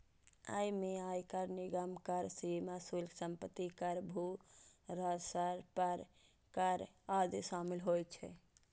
अय मे आयकर, निगम कर, सीमा शुल्क, संपत्ति कर, भू राजस्व पर कर आदि शामिल होइ छै